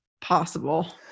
possible